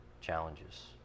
challenges